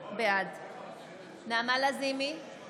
בעד נעמה לזימי,